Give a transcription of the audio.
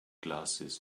glasses